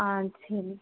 சரி